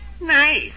Nice